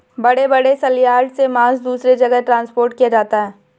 बड़े बड़े सलयार्ड से मांस दूसरे जगह ट्रांसपोर्ट किया जाता है